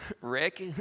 Rick